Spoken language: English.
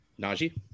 Najee